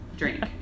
drink